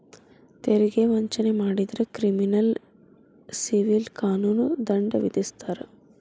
ತೆರಿಗೆ ವಂಚನೆ ಮಾಡಿದ್ರ ಕ್ರಿಮಿನಲ್ ಸಿವಿಲ್ ಕಾನೂನು ದಂಡ ವಿಧಿಸ್ತಾರ